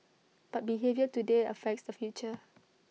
but behaviour today affects the future